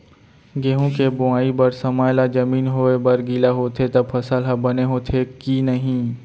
गेहूँ के बोआई बर समय ला जमीन होये बर गिला होथे त फसल ह बने होथे की नही?